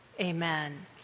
amen